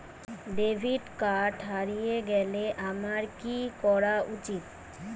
Debit card হারিয়ে গেলে আমার কি করা উচিৎ?